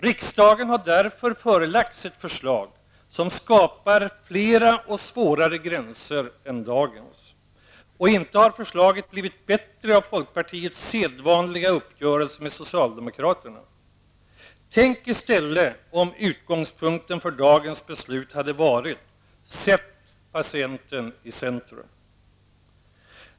Riksdagen har därför förelagts ett förslag som skapar flera och svårare gränser än dagens. Och inte har förslaget blivit bättre av folkpartiets sedvanliga uppgörelse med socialdemokraterna. Tänk i stället om utgångspunkten för dagens beslut hade varit: Sätt patienten i centrum.